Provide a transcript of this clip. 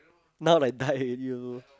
now like die already also